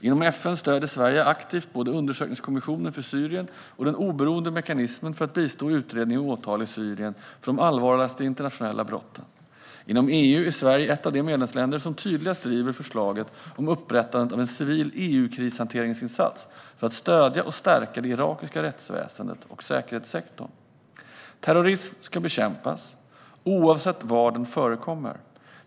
Inom FN stöder Sverige aktivt både undersökningskommissionen för Syrien och den oberoende mekanismen för att bistå utredning och åtal i Syrien för de allvarligaste internationella brotten. Inom EU är Sverige ett av de medlemsländer som tydligast driver förslaget om upprättandet av en civil EU-krishanteringsinsats för att stödja och stärka det irakiska rättsväsendet och säkerhetssektorn. Terrorism ska bekämpas oavsett var den förekommer.